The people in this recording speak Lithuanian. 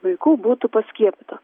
vaikų būtų paskiepyta